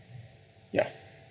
ya